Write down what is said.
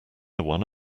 one